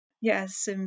yes